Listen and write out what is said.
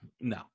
No